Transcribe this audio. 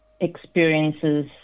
experiences